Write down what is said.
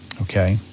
Okay